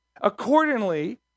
accordingly